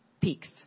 peaks